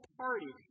party